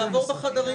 בשעה